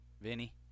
Vinny